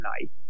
night